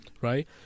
right